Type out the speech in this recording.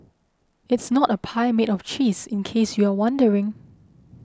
it's not a pie made of cheese in case you're wondering